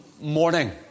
morning